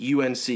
UNC